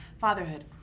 Fatherhood